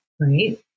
Right